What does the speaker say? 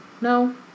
No